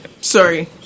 sorry